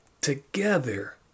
together